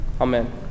Amen